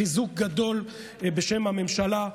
חיזוק גדול בשם הממשלה,